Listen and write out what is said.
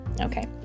Okay